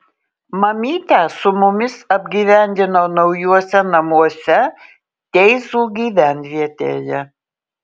mamytę su mumis apgyvendino naujuose namuose teizų gyvenvietėje